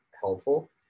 helpful